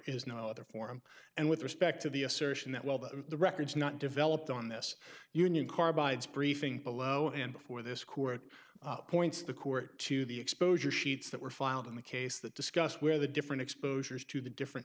is no other form and with respect to the assertion that well that the records not developed on this union carbides briefing below and before this court appoints the court to the exposure sheets that were filed in the case that discussed where the different exposures to the different